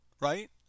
right